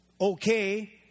okay